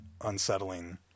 unsettling